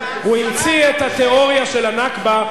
הוא המציא את התיאוריה של הנכבה.